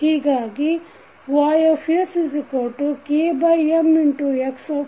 ಹೀಗಾಗಿ YsKMX